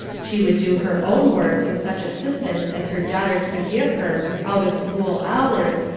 she would do her own work with such assistance as her daughters could give her out of school hours,